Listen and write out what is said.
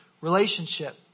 relationship